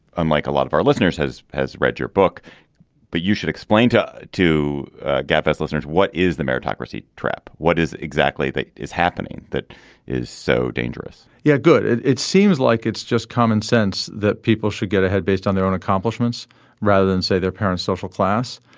unlike a lot of our listeners has has read your book but you should explain to two gabfest listeners what is the meritocracy trap. what is exactly is happening that is so dangerous yeah good. it it seems like it's just common sense that people should get ahead based on their own accomplishments rather than say their parents social class.